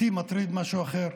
אותי מטריד משהו אחר,